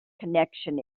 connection